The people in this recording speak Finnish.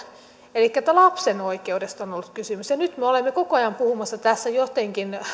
elikkä lapsen oikeudesta on ollut kysymys ja nyt me olemme koko ajan puhumassa tässä jotenkin